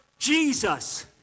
Jesus